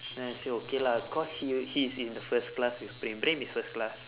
then I say okay lah cause he w~ he is in the first class with praem praem is first class